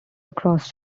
across